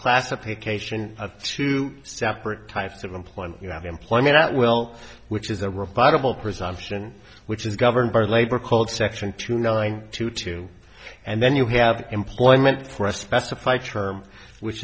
classification of two separate types of employment you have employment at will which is a rebuttal presumption which is governed by labor called section two nine to two and then you have employment for a specified term which